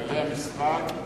כללי המשחק הם